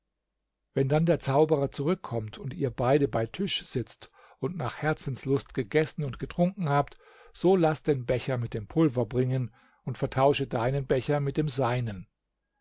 wenn dann der zauberer zurückkommt und ihr beide bei tisch sitzt und nach herzenslust gegessen und getrunken habt so laß den becher mit dem pulver bringen und vertausche deinen becher mit dem seinen